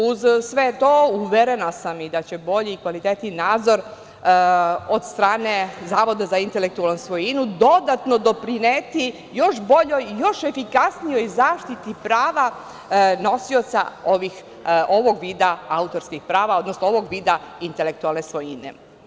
Uz sve to, uverena sam i da će bolji i kvalitetniji nadzor od strane Zavoda za intelektualnu svojinu dodatno doprineti još boljoj i još efikasnijoj zaštiti prava nosioca ovog vida autorskih prava, odnosno ovog vida intelektualne svojine.